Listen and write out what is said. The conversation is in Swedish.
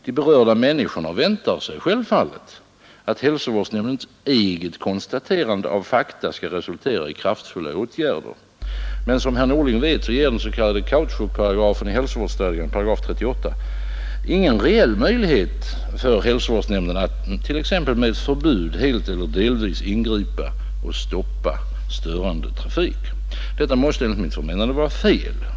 De berörda människorna väntar sig självfallet att hälsovårdsnämndens eget konstaterande av fakta skall resultera i kraftfulla åtgärder. Men som herr Norling vet innebär den s.k. kautschukparagrafen i hälsovårdsstadgan, dvs. 38 §, ingen reell möjlighet för hälsovårdsnämnden att t.ex. med ett förbud helt eller delvis ingripa och stoppa störande trafik. Detta måste enligt mitt förmenande vara fel.